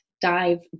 dive